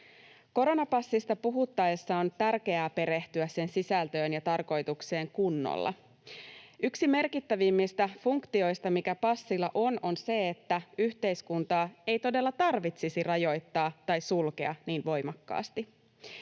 Koronapassista puhuttaessa on tärkeää perehtyä sen sisältöön ja tarkoitukseen kunnolla. Yksi merkittävimmistä funktioista, mikä passilla on, on se, että yhteiskuntaa ei todella tarvitsisi rajoittaa tai sulkea niin voimakkaasti.